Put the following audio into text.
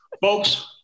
Folks